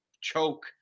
choke